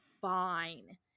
fine